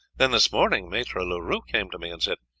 then this morning maitre leroux came to me and said,